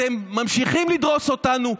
ואתם ממשיכים לדרוס אותנו.